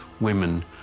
women